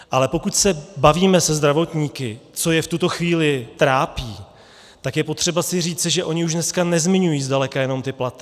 Ale pokud se bavíme se zdravotníky, co je v tuto chvíli trápí, tak je potřeba si říci, že oni už dneska nezmiňují zdaleka jenom ty platy.